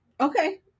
Okay